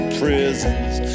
prisons